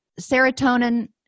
serotonin